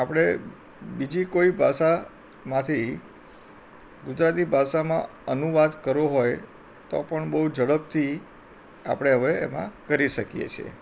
આપણે બીજી કોઈ ભાષામાંથી ગુજરાતી ભાષામાં અનુવાદ કરવો હોય તો પણ બહુ ઝડપથી આપણે હવે એમાં કરી શકીએ છીએ